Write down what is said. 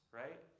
right